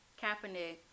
Kaepernick